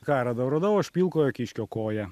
ką radau radau aš pilkojo kiškio koją